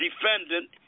defendant